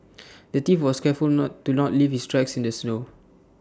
the thief was careful not to not leave his tracks in the snow